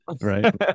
right